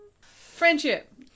Friendship